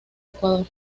ecuador